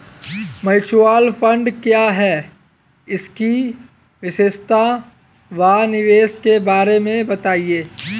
Mutual fund क्या है इसकी विशेषता व निवेश के बारे में बताइये?